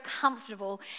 comfortable